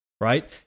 right